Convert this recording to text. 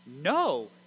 No